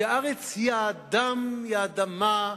שהארץ היא האדם, היא האדמה,